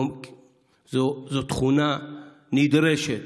זו תכונה נדרשת